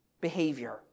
behavior